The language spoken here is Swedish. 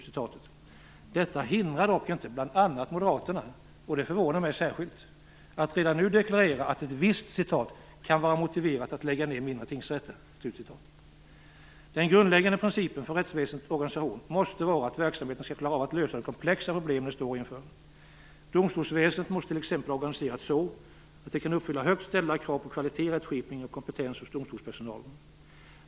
Detta hindrar dock inte bl.a. Moderaterna - och det förvånar mig särskilt - att redan nu deklarera att det visst "kan vara motiverat att lägga ned mindre tingsrätter". Den grundläggande principen för rättsväsendets organisation måste vara att verksamheten skall klara av att lösa de komplexa problem den står inför. Domstolsväsendet måste t.ex. organiseras så att det kan uppfylla högt ställda krav på kvalitet, rättsskipning och kompetens hos domstolspersonalen.